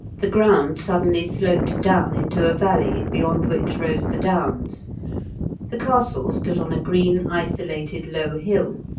the ground suddenly sloped down into a valley, beyond which rose the downs the castle stood on a green isolated low hill,